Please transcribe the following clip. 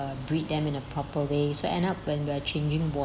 breed them in a proper way so end up when we are changing